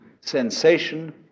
sensation